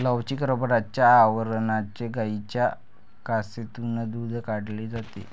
लवचिक रबराच्या आवरणाने गायींच्या कासेतून दूध काढले जाते